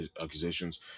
accusations